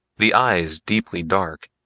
the eyes deeply dark,